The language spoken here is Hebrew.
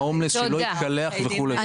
ההומלס שלא התקלח וכו'.